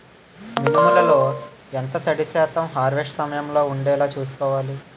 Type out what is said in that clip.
మినుములు లో ఎంత తడి శాతం హార్వెస్ట్ సమయంలో వుండేలా చుస్కోవాలి?